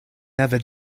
never